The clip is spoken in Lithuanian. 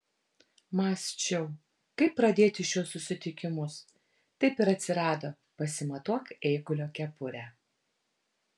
mąsčiau kaip pradėti šiuos susitikimus taip ir atsirado pasimatuok eigulio kepurę